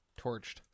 torched